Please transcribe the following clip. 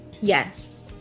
Yes